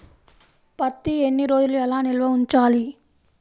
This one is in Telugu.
పత్తి ఎన్ని రోజులు ఎలా నిల్వ ఉంచాలి?